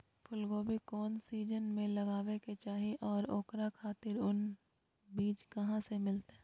फूलगोभी कौन सीजन में लगावे के चाही और ओकरा खातिर उन्नत बिज कहा से मिलते?